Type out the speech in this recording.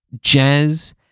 jazz